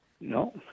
No